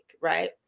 right